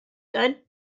good